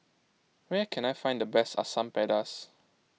where can I find the best Asam Pedas